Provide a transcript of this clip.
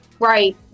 Right